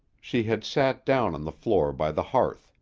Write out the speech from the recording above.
she had sat down on the floor by the hearth,